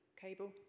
cable